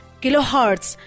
kilohertz